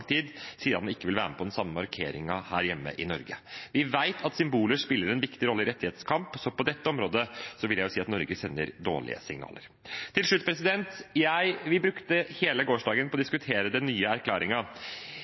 den samme markeringen her hjemme i Norge. Vi vet at symboler spiller en viktig rolle i rettighetskamp, så på dette området vil jeg si at Norge sender dårlige signaler. Vi brukte hele gårsdagen på å diskutere den nye erklæringen. Jeg fulgte ikke hele